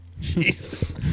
Jesus